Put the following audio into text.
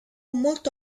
molto